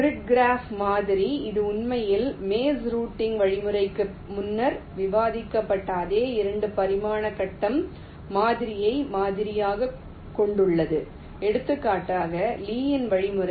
grid graph மாதிரி இது உண்மையில் மேஸ் ரூட்டிங் வழிமுறைக்கு முன்னர் விவாதிக்கப்பட்ட அதே 2 பரிமாண கட்டம் மாதிரியை மாதிரியாகக் கொண்டுள்ளது எடுத்துக்காட்டாக லீயின் வழிமுறை